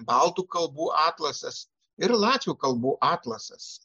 baltų kalbų atlasas ir latvių kalbų atlasas